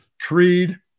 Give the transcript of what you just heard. Creed